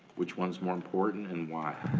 which one's more important and why?